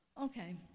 Okay